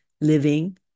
living